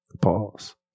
Pause